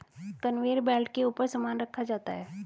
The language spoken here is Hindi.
कनवेयर बेल्ट के ऊपर सामान रखा जाता है